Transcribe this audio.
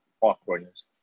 awkwardness